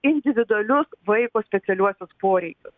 individualius vaiko specialiuosius poreikius